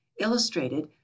illustrated